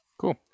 Cool